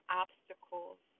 obstacles